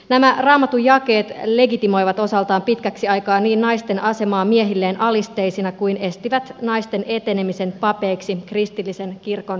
nämä raamatun jakeet legitimoivat osaltaan pitkäksi aikaa naisten asemaa miehilleen alisteisina ja estivät naisten etenemisen papeiksi kristillisen kirkon sisällä